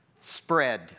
spread